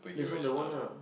that's not the one ah